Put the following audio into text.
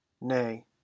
Nay